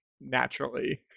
naturally